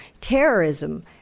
terrorism